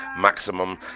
maximum